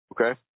Okay